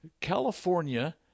California